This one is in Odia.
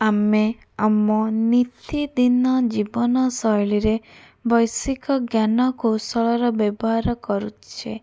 ଆମେ ଆମ ନିତିଦିନ ଜୀବନ ଶୈଳୀରେ ବୈଷୟିକ ଜ୍ଞାନ କୌଶଳର ବ୍ୟବହାର କରୁଛେ